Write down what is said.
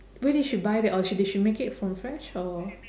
where did she buy that or she did she make it from fresh or